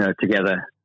together